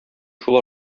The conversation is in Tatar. шул